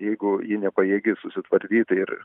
jeigu ji nepajėgi susitvardyti ir